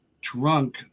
drunk